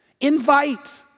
Invite